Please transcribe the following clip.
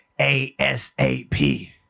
A-S-A-P